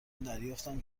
دریافتم